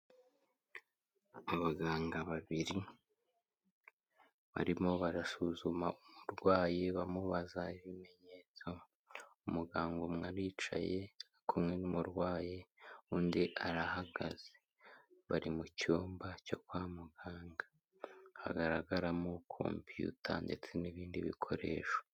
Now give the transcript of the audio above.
Abaganga babiri, barimo barasuzuma umurwayi bamubaza ibimenyetso, umuganga umwe aricaye, ari kumwe n'umurwayi undi arahagaze, bari mu cyumba cyo kwa muganga, hagaragaramo kompuyuta ndetse n'ibindi bikoresho.